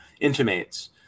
intimates